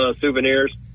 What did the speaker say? souvenirs